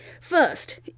first